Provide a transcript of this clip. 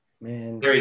Man